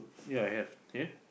ya I have here